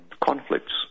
conflicts